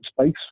space